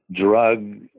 drug